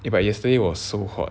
eh but yesterday was so hot